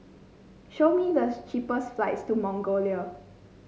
show me the cheapest flights to Mongolia